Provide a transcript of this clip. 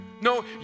No